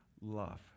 love